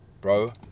bro